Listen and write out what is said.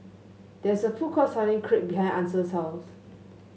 there is a food court selling Crepe behind Ansel's house